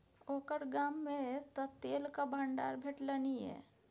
ओकर गाममे तँ तेलक भंडार भेटलनि ये